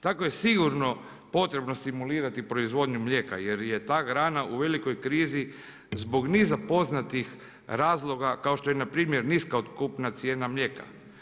Tako je sigurno potrebno stimulirati proizvodnju mlijeka jer je ta grana u velikoj krizi zbog niza poznatih razloga kao što je npr. niska otkupna cijena mlijeka.